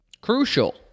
Crucial